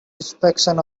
inspection